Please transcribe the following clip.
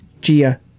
Gia